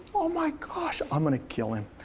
oh my gosh, i'm gonna kill him.